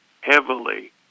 heavily